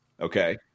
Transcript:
Okay